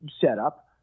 setup